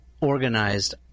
organized